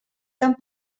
tant